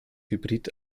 hybrid